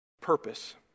purpose